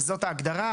וזאת ההגדרה,